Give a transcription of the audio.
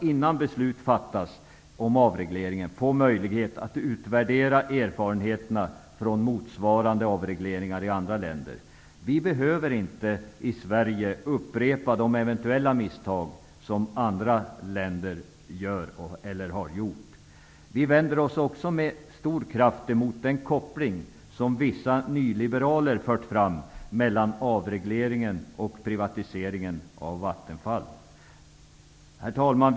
Innan beslut fattas om avregleringen måste det finnas möjligheter att utvärdera erfarenheterna från motsvarande avregleringar i andra länder. Sverige behöver inte upprepa de eventuella misstag som andra länder har gjort. Vi vänder oss också med all kraft mot den koppling som vissa nyliberaler har fört fram mellan avregleringen och privatiseringen av Vattenfall. Herr talman!